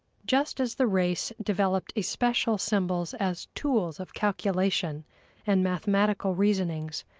just as the race developed especial symbols as tools of calculation and mathematical reasonings,